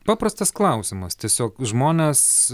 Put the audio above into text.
paprastas klausimas tiesiog žmonės